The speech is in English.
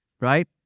right